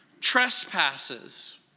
trespasses